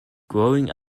growing